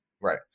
Right